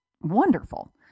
wonderful